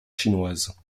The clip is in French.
chinoise